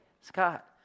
Scott